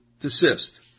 desist